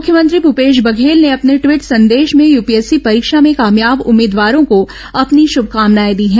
मुख्यमंत्री भूपेश बघेल ने अपने ट्वीट संदेश में यूपीएससी परीक्षा में कामयाब उम्मीदवारों को अपनी श्रभकामनाए दी हैं